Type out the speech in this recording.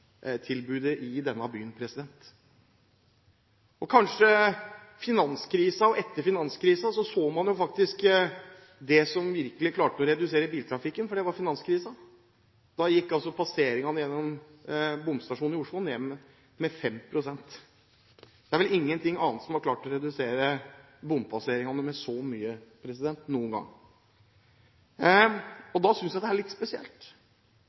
kollektivtilbudet i denne byen. Under og etter finanskrisen så man faktisk det som virkelig klarte å redusere biltrafikken – det var finanskrisen. Da gikk passeringene gjennom bomstasjonene i Oslo ned med 5 pst. Det er vel ingenting annet som noen gang har klart å redusere bompasseringene så mye. Da synes jeg det er litt spesielt